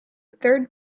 third